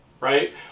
right